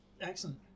Excellent